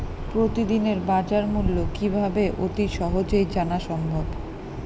প্রতিদিনের বাজারমূল্য কিভাবে অতি সহজেই জানা সম্ভব?